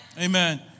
Amen